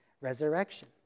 resurrection